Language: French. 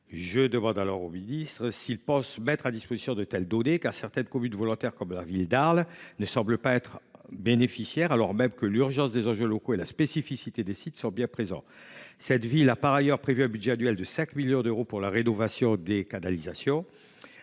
je souhaite savoir si le Gouvernement pense mettre à disposition de telles données, car certaines communes volontaires, comme la ville d’Arles, ne semblent pas en être bénéficiaires, alors même que l’urgence des enjeux locaux et la spécificité des sites sont bien présentes. La ville a par exemple prévu un budget annuel de 5 millions d’euros pour la rénovation des canalisations.